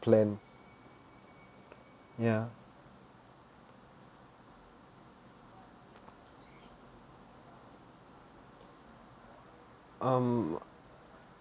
plan ya um